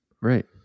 Right